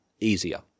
easier